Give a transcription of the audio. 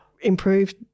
improved